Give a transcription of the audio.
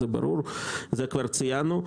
זה כבר ברור וכבר ציינו זאת.